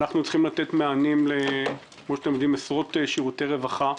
אנחנו צריכים לתת מענים לעשרות שירותי רווחה,